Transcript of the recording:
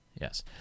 Yes